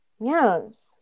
Yes